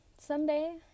someday